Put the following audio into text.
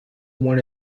one